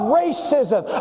racism